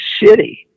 shitty